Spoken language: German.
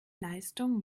leistung